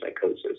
psychosis